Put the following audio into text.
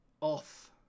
off